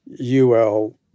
UL